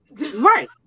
Right